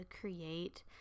create